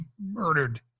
murdered